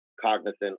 cognizant